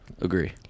agree